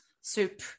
soup